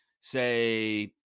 say